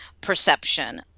perception